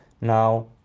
now